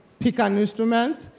pick ah an instrument,